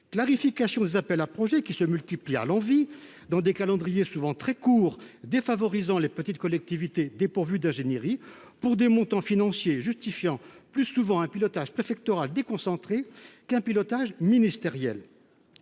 clarification des appels à projets s’impose. Ceux ci se multiplient à l’envi, assortis de calendriers souvent très courts défavorisant les petites collectivités dépourvues d’ingénierie, pour des montants justifiant plutôt un pilotage préfectoral déconcentré qu’un pilotage ministériel.